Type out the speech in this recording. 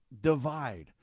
divide